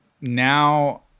now